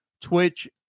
Twitch